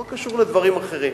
החוק קשור לדברים אחרים.